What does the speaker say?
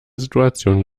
situation